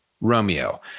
Romeo